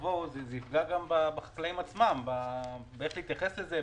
זה יפגע בחקלאים עצמם ואיך הם יתייחסו לזה.